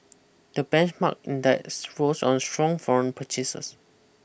the benchmark index rose on strong foreign purchases